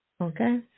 Okay